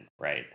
right